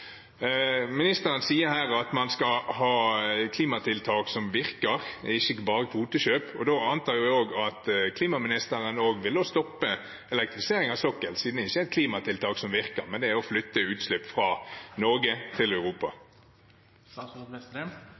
Ministeren sier her at man skal ha klimatiltak som virker, ikke bare kvotekjøp, og da antar jeg også at klimaministeren vil stoppe elektrifiseringen av sokkelen, siden det ikke er et klimatiltak som virker, men er å flytte utslipp fra Norge til